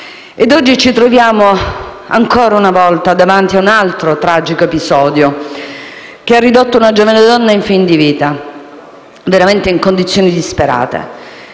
Oggi ci troviamo, ancora una volta, davanti a un altro tragico episodio, che ha ridotto una giovane donna in fin di vita, veramente in condizioni disperate.